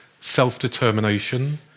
self-determination